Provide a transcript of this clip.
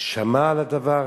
שמע על הדבר?